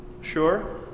Sure